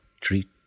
treat